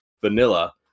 Vanilla